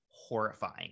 horrifying